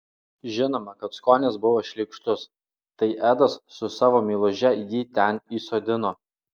žinoma kad skonis buvo šleikštus tai edas su savo meiluže jį ten įsodino